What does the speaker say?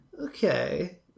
Okay